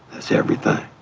that's everything.